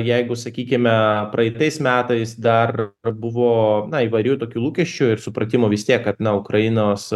jeigu sakykime praeitais metais dar vat buvo na įvairių ir tokių lūkesčių ir supratimo vis tiek kad na ukrainos